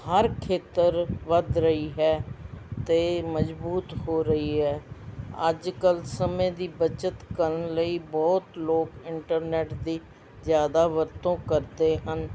ਹਰ ਖੇਤਰ ਵੱਧ ਰਹੀ ਹੈ ਅਤੇ ਮਜ਼ਬੂਤ ਹੋ ਰਹੀ ਹੈ ਅੱਜ ਕੱਲ੍ਹ ਸਮੇਂ ਦੀ ਬੱਚਤ ਕਰਨ ਲਈ ਬਹੁਤ ਲੋਕ ਇੰਟਰਨੈਟ ਦੀ ਜ਼ਿਆਦਾ ਵਰਤੋਂ ਕਰਦੇ ਹਨ